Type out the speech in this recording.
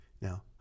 Now